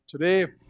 Today